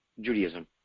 Judaism